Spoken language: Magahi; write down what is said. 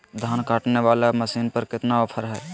धान काटने वाला मसीन पर कितना ऑफर हाय?